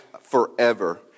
forever